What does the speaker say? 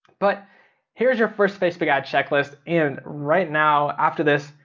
but here's your first facebook ad checklist. and right now after this,